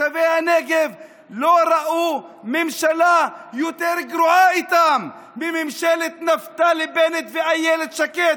תושבי הנגב לא ראו ממשלה יותר גרועה להם מממשלת נפתלי בנט ואילת שקד,